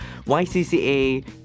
YCCA